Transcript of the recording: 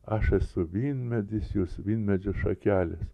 aš esu vynmedis jūs vynmedžių šakelės